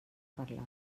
parlar